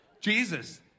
Jesus